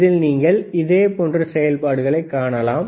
இதில் நீங்கள் இதே போன்ற செயல்பாடுகளைக் காணலாம்